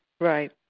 Right